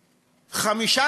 סליחה,